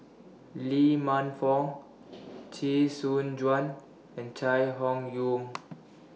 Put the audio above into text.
Lee Man Fong Chee Soon Juan and Chai Hon Yoong